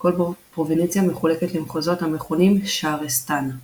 כל פרובינציה מחולקת למחוזות המכונים שהרסתאן.